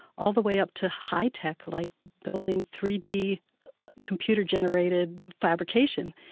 all the way up to high tech, like building three d computer-generated fabrication,